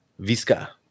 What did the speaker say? Visca